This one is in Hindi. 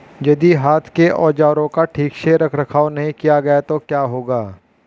यदि हाथ के औजारों का ठीक से रखरखाव नहीं किया गया तो क्या होगा?